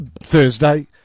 Thursday